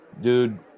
dude